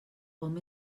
hom